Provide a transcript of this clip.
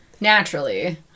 naturally